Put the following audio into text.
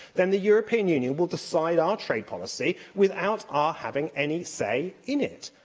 then the european union will decide our trade policy without our having any say in it.